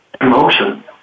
emotion